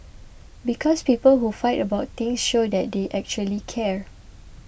because people who fight about things show that they actually care